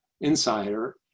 insider